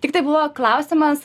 tiktai buvo klausimas